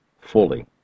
fully